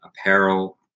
apparel